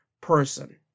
person